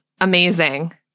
amazing